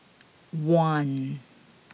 one